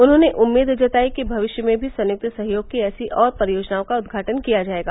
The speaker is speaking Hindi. उन्होंने उम्मीद जताई कि भविष्य में भी संयुक्त सहयोग की ऐसी और परियोजनओं का उद्घाटन किया जाएगा